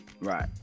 Right